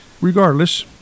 regardless